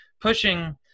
pushing